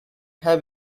have